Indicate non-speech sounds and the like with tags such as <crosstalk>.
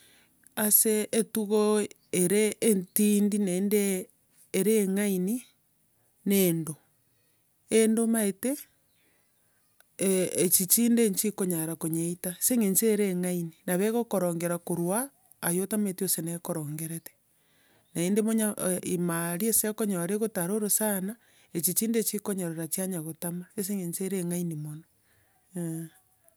Ase etugo ere entindi naende ere eng'ani, ne eendo. <hesitation> o nimanyete, echi chinde nchikonyara konyeita, ase eng'echo ere eng'aini, nabo egokorongera korwa aiga, aye otamaite gose ne korengerete. Naende buna, <hesitation> ime aria ase okonyora egotara orosana, echi chinde chikonyerora chianya gotama, ase eng'encho ere eng'aini mono, eeh.